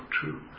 true